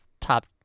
top